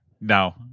No